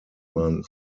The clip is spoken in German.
man